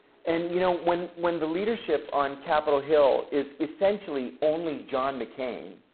and, you know, when when the leadership on capitol hill is essentially only john mccain,